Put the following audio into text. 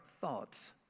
thoughts